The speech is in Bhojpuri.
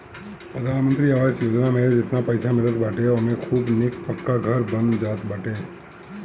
प्रधानमंत्री आवास योजना में जेतना पईसा मिलत बाटे ओमे खूब निक पक्का घर बन जात बाटे